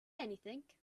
anything